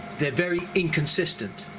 they're very inconsistent.